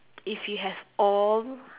if you have all